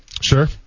Sure